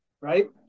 Right